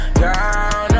down